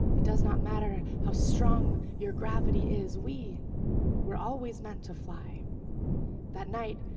it does not matter how strong your gravity is. we were always meant to fly that night,